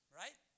right